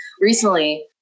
recently